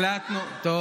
תמכנו, ביטון.